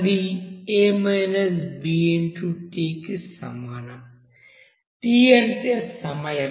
అది t కి సమానం t అంటే సమయం